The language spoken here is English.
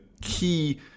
key